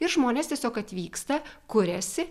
ir žmonės tiesiog atvyksta kuriasi